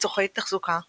לצורכי תחזוקה ותיקונים.